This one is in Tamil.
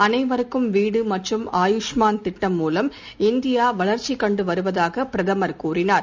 அனைவருக்கும் வீடு மற்றும் ஆயுஷ்மான் திட்டம் மூலம் இந்தியா வளர்ச்சி கண்டு வருவதாக பிரதமர் கூறினார்